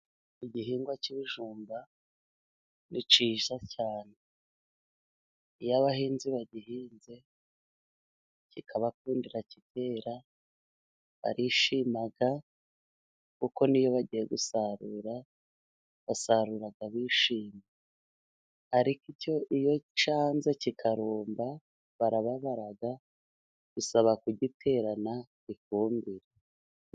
Igihingwa cy'ibijumba ni cyiza cyane, iyo abahinzi bagihinze kikabakundira kikera, barishima, kuko n'iyo bagiye gusarura basarura bishimye, ariko icyo iyo cyanze kikarumba, barababara bisaba kugiterana ifumbire.